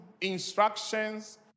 instructions